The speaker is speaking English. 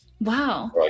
Wow